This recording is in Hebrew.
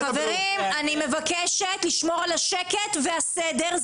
חברים, אני מבקשת לשמור על השקט והסדר.